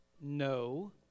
No